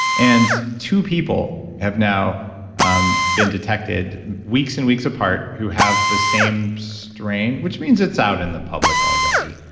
and two people have now um been detected weeks and weeks apart who have the same strain, which means it's out in the public already.